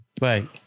Right